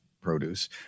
produce